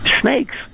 Snakes